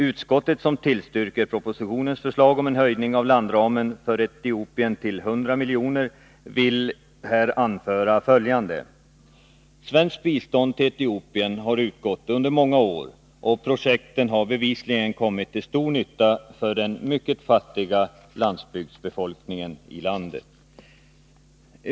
Utskottet, som tillstyrker propositionens förslag om en höjning av landramen för Etiopien till 100 milj.kr., erinrar om att svenskt bistånd till Etiopien har utgått under många år. Projekten har bevisligen kommit till stor nytta för den mycket fattiga landsbygdsbefolkningen.